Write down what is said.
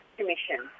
Commission